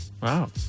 Wow